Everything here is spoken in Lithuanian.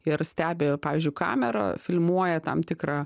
ir stebi pavyzdžiui kamera filmuoja tam tikrą